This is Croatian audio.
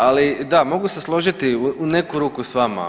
Ali da mogu se složiti u neku ruku sa vama.